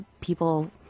people